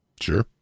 Sure